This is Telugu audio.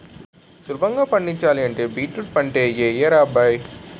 సులభంగా పండించాలంటే బీట్రూట్ పంటే యెయ్యరా అబ్బాయ్